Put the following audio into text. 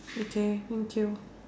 okay thank you